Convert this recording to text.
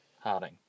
Harding